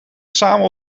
samen